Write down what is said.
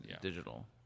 digital